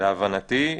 להבנתי כן.